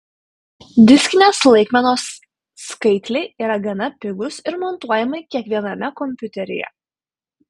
diskinės laikmenos skaitliai yra gana pigūs ir montuojami kiekviename kompiuteryje